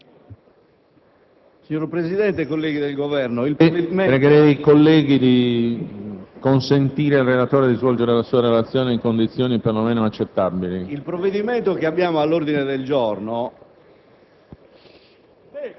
Signor Presidente, colleghi del Governo, il provvedimento all'ordine del giorno